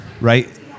Right